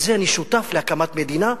אני שותף להקמת מדינה.